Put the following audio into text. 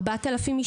4,000 משפחות?